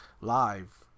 live